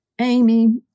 Amy